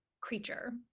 creature